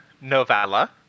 novella